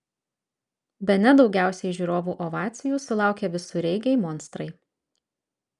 bene daugiausiai žiūrovų ovacijų sulaukė visureigiai monstrai